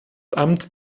amt